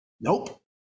Nope